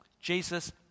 Jesus